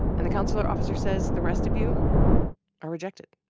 and the consular officer says, the rest of you are rejected.